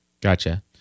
Gotcha